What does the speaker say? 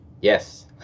Yes